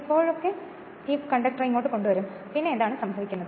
എപ്പോഴൊക്കെ ഈ കണ്ടക്ടറെ ഇങ്ങോട്ട് കൊണ്ടുവരും പിന്നെ എന്താണ് സംഭവിക്കുന്നത്